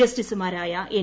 ജസ്റ്റിസുമാരായ എൻ